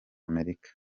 amerika